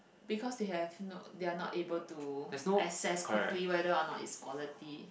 because they have not they're not able to assess quickly whether a not is quality